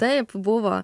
taip buvo